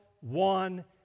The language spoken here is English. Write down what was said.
one